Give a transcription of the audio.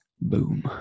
Boom